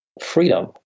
freedom